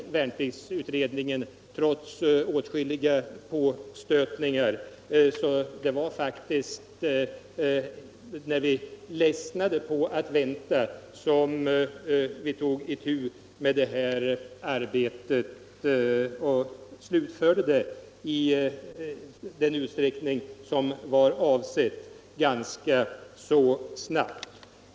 Värnpliktsutredningen fick dock trots åtskilliga påstötningar aldrig detta material. Det var när vi hade ledsnat på att vänta som vi tog itu med detta arbete, och vi slutförde det i avsedd omfattning ganska snabbt.